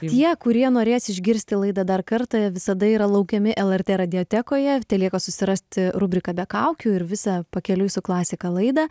tie kurie norės išgirsti laidą dar kartą visada yra laukiami lrt radiotekoje telieka susirasti rubriką be kaukių ir visą pakeliui su klasika laidą